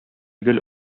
гел